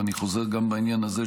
ואני חוזר גם בעניין הזה,